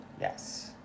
Yes